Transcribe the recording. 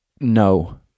no